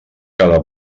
cada